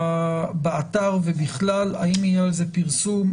באתר ובכלל האם יהיה על זה פרסום?